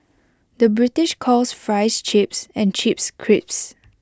the British calls Fries Chips and Chips Crisps